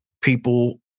people